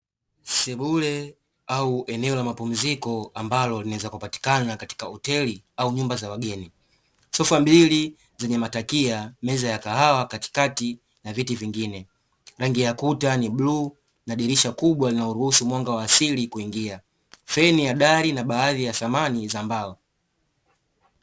Sebule au eneo la mapumziko ambalo linaweza kupatikana katika hoteli au nyumba za wageni. Sofa mbili zenye matakia, meza ya kahawa katikati na viti vingine. Rangi ya kuta ni bluu na dirisha kubwa linaloruhusu mwanga wa asili kuingia. Feni ya dari na baadhi ya samani za mbao.